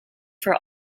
for